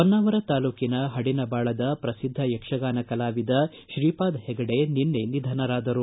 ಹೊನ್ನಾವರ ತಾಲ್ಲೂಕಿನ ಪಡಿನಬಾಳದ ಪ್ರಸಿದ್ಧ ಯಕ್ಷಗಾನ ಕಲಾವಿದ ಶ್ರೀಪಾದ ಹೆಗಡೆ ನಿನ್ನೆ ನಿಧನರಾದರು